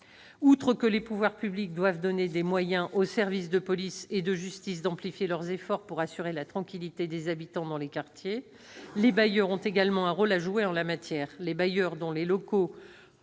article 1. Les pouvoirs publics doivent donner aux services de police et de justice les moyens d'amplifier leurs efforts pour assurer la tranquillité des habitants dans les quartiers, mais les bailleurs ont également un rôle à jouer en la matière.